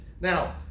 Now